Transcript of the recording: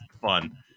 fun